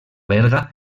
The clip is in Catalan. berga